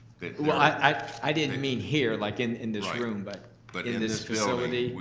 i didn't mean here like in in this room, but but in this facility.